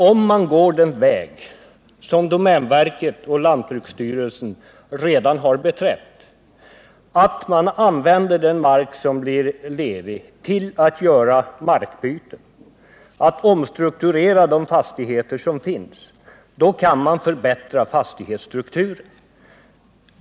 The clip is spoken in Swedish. Om man går den väg som domänverket och lantbruksstyrelsen redan har beträtt, dvs. att man använder den mark som blivit ledig till att göra markbyten, till att omstrukturera de fastigheter som finns, då kan man förbättra fastighetsstrukturen.